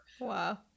Wow